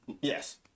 Yes